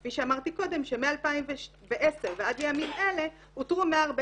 כפי שאמרתי קודם שמ-2010 ועד לימים אלה אותרו 140